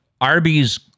Arby's